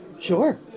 Sure